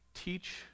Teach